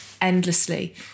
endlessly